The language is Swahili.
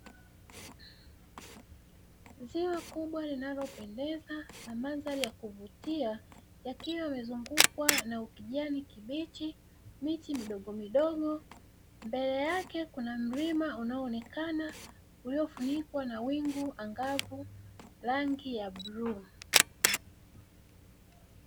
Ziwa kubwa linalopendeza na mandhari ya kuvutia, yakiwa yamezungukwa na ukijani kibichi, miti midogomidogo. Mbele yake kuna mlima unaonekana uliofunikwa na wingu angavu rangi ya bluu.